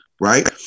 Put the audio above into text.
right